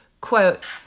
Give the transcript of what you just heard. quote